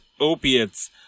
opiates